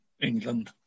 England